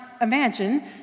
imagine